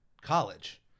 college